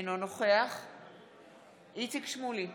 אינו נוכח איציק שמולי,